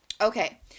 Okay